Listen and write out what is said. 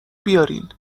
بیارین